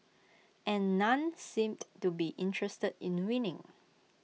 and none seemed to be interested in winning